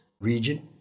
region